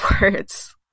words